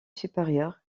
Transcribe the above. supérieur